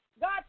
God